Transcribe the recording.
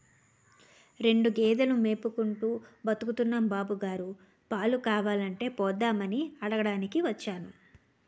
రెండు గేదెలు మేపుకుంటూ బతుకుతున్నాం బాబుగారు, పాలు కావాలంటే పోద్దామని అడగటానికి వచ్చాను